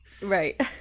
Right